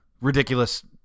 ridiculous